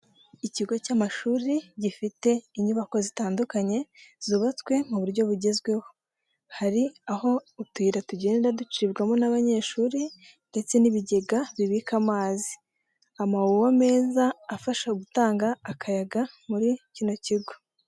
Ikigo cy'amashuri, gifite inyubako zitandukanye, zubatswe mu buryo bugezweho. Hari aho utuyira tugenda ducibwamo n'abanyeshuri, ndetse n'ibigega bibika amazi. Amawuwa meza afasha gutanga akayaga muri kino kigo.